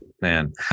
man